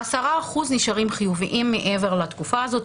10% נשארים חיוביים מעבר לתקופה הזאת,